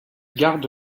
garde